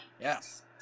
Yes